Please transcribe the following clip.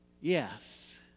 yes